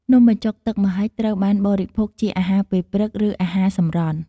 នំបញ្ចុកទឹកម្ហិចត្រូវបានបរិភោគជាអាហារពេលព្រឹក ឬអាហារសម្រន់។